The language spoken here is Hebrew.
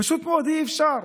פשוט אי-אפשר.